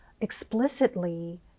explicitly